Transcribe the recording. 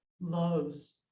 loves